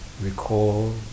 recall